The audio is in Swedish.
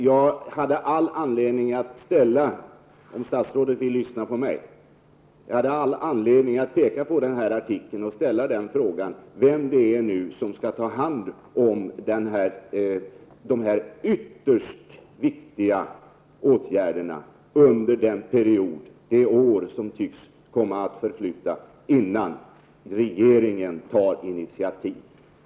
Jag hade all anledning att peka på artikeln och ställa frågan — om statsrådet nu vill lyssna på mig — vem som skall ta hand om de här ytterst viktiga åtgärderna under den period på ett år som tycks gå innan regeringen tar initiativ.